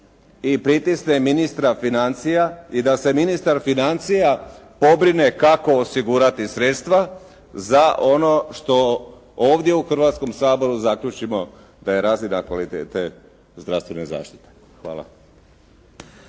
i pritisne ministra financija i da se ministar financija pobrine kako osigurati sredstva za ono što ovdje u Hrvatskom saboru zaključimo da je razina kvalitete zdravstvene zaštite. Hvala.